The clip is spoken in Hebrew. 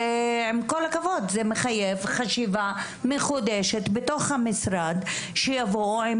עם כל הכבוד זה מחייב חשיבה מחודשת בתוך המשרד שיבוא עם